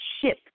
ship